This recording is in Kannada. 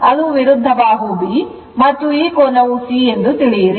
ಅದು ವಿರುದ್ಧ ಬಾಹು B ಮತ್ತು ಈ ಕೋನವು C ಎಂದು ತಿಳಿಯಿರಿ